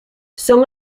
son